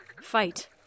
fight